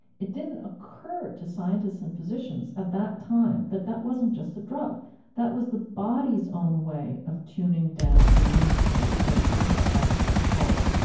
it didn't occur to scientists and physicians at that time that that wasn't just a drug that was the body's own way of tuning down the immune response so it didn't go out of control